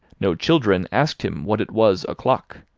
no children asked him what it was o'clock,